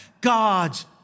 God's